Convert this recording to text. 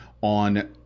on